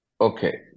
Okay